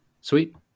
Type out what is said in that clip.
Sweet